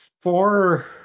four